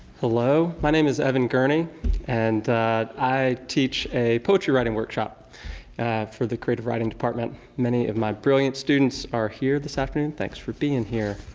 hello, my name is evan gurney and i teach a poetry writing workshop for the creative writing department. many of my brilliant students are here this afternoon, thanks for being here.